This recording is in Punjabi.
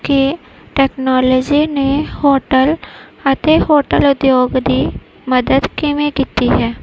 ਕਿ ਟੈਕਨੋਲਜੀ ਨੇ ਹੋਟਲ ਅਤੇ ਹੋਟਲ ਉਦਯੋਗ ਦੀ ਮਦਦ ਕਿਵੇਂ ਕੀਤੀ ਹੈ